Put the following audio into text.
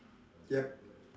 yup